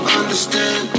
understand